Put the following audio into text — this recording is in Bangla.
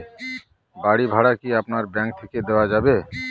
বাড়ী ভাড়া কি আপনার ব্যাঙ্ক থেকে দেওয়া যাবে?